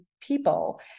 people